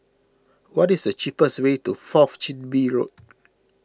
what is the cheapest way to Fourth Chin Bee Road